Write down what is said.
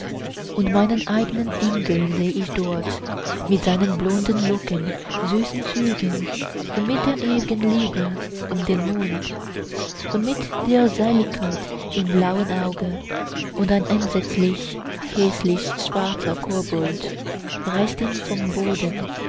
und meinen eignen engel seh ich dort mit seinen blonden locken süßen zügen und mit der ewgen liebe um den mund und mit der seligkeit im blauen auge und ein entsetzlich häßlich schwarzer kobold reißt ihn vom boden